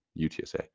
UTSA